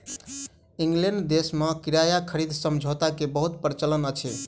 England देश में किराया खरीद समझौता के बहुत प्रचलन अछि